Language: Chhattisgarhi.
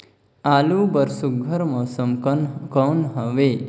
आलू बर सुघ्घर मौसम कौन हवे?